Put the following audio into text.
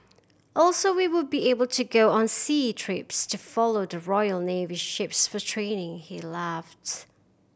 also we would be able to go on sea trips to follow the Royal Navy ships for training he laughed